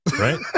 Right